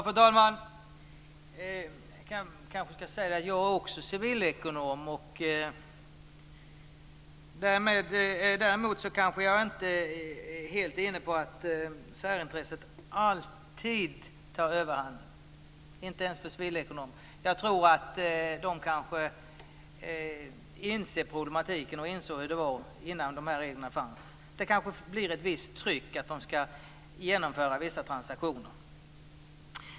Fru talman! Jag är också civilekonom. Däremot är jag kanske inte helt inne på att särintresset alltid tar överhand, inte ens för Civilekonomerna. Jag tror nog att de inser problematiken och hur det var innan de här reglerna kom till men det blir kanske ett visst tryck på att genomföra vissa transaktioner.